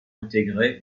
intégré